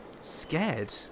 scared